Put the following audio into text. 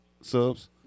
Subs